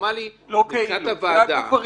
הפורמלי כאילו -- הוא הגוף הרשמי.